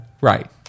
Right